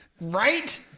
right